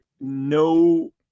no